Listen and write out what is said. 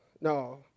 no